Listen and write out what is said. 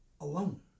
alone